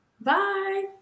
Bye